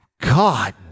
God